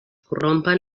corrompen